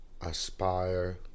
aspire